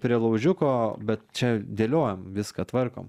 prie laužiuko bet čia dėliojam viską tvarkom